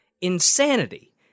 insanity